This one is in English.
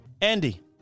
Andy